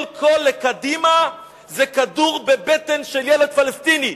כל קול לקדימה זה כדור בבטן של ילד פלסטיני?